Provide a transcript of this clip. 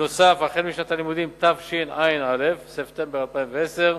נוסף על כך, משנת הלימודים תשע"א, ספטמבר 2010,